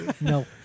No